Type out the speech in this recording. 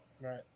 Right